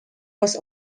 was